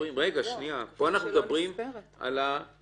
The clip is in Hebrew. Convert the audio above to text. פה אנחנו מדברים על ההתיישנות.